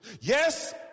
Yes